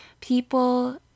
people